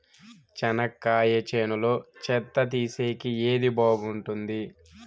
చెనక్కాయ చేనులో చెత్త తీసేకి ఏది బాగుంటుంది?